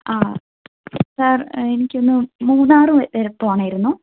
ആഹ് sir എനിക്കൊന്ന് മൂന്നാർ വരെ പോണമായിരുന്നു